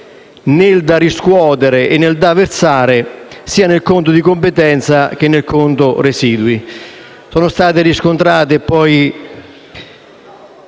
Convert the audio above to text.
nel "da riscuotere" e nel "da versare", sia nel conto di competenza che nel conto residui. Sono state poi riscontrate varie